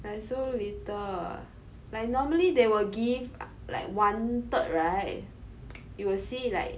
like so little like normally they will give like one third right you will see like